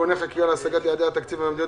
(תיקוני חקיקה להשגת יעדי התקציב והמדיניות